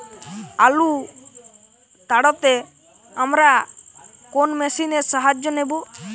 আলু তাড়তে আমরা কোন মেশিনের সাহায্য নেব?